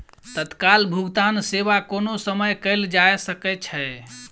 तत्काल भुगतान सेवा कोनो समय कयल जा सकै छै